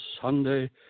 Sunday